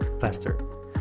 faster